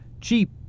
cheap